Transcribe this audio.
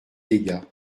dégât